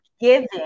giving